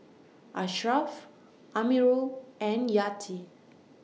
Ashraff Amirul and Yati